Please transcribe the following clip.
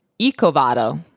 Ecovado